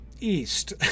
east